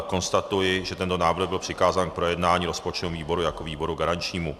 Konstatuji, že tento návrh byl přikázán k projednání rozpočtovému výboru jako výboru garančnímu.